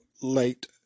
late